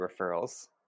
referrals